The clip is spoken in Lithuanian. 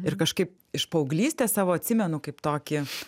ir kažkaip iš paauglystės savo atsimenu kaip tokį